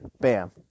bam